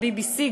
ה-BBC,